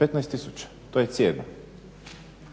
15 tisuća. To je cijena.